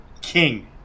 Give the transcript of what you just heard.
King